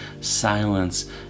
silence